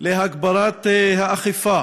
להגברת האכיפה,